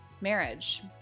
marriage